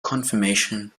confirmation